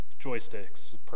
joysticks